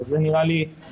אבל זה נראה לי פתרון.